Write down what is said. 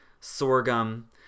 sorghum